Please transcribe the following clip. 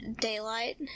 daylight